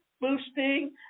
boosting